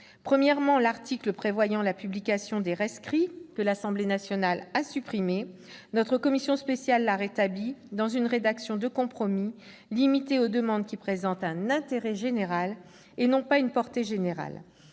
Premièrement, l'article prévoyant la publication des rescrits, que l'Assemblée nationale a supprimé, a été rétabli par notre commission spéciale dans une rédaction de compromis, limitée aux demandes présentant un intérêt général, et non plus une portée générale,